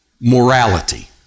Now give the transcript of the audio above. morality